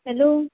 hello